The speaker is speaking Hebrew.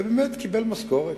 ובאמת, הוא קיבל משכורת.